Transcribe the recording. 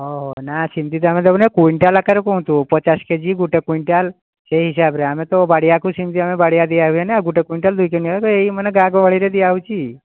ହଁ ହଁ ନାଁ ସେମିତି ତ ଆମେ ଦେବୁ ନାହିଁ କ୍ୱିଣ୍ଟାଲ୍ କାରରେ କୁହନ୍ତୁ ପଚାଶ କେଜି ଗୋଟେ କ୍ୱିଣ୍ଟାଲ୍ ସେଇ ହିସାବରେ ଆମେ ତ ବାଡ଼ିଆକୁ ସେମିତି ଆମେ ବାଡ଼ିଆ ଦିଆ ହୁଏନା ଗୋଟେ କ୍ୱିଣ୍ଟାଲ୍ ଦୁଇ ଏଇ ମାନେ ଗାଁ ଗହଳିରେ ଦିଆ ହେଉଛି